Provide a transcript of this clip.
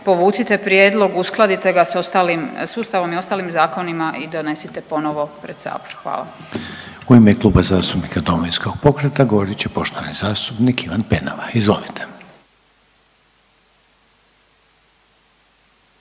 povucite prijedlog, uskladite ga s ostalim sustavom i ostalim zakonima i donesite ponovo pred sabor, hvala. **Reiner, Željko (HDZ)** U ime Kluba zastupnika Domovinskog pokreta govorit će poštovani zastupnik Ivan Penava, izvolite.